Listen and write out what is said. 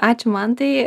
ačiū mantai